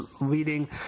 leading